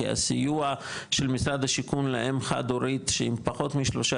כי הסיוע של משרד השיכון לאם חד-הורית שעם פחות משלושה